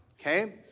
Okay